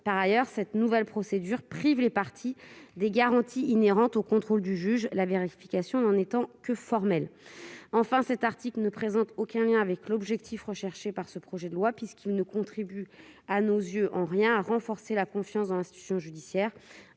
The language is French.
Par ailleurs, la nouvelle procédure prive les parties des garanties inhérentes au contrôle du juge, la vérification n'en étant que formelle. Enfin, cet article ne présente aucun lien avec l'objectif du projet de loi, puisqu'il ne contribue à nos yeux en rien à renforcer la confiance dans l'institution judiciaire.